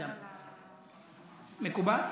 מקובל?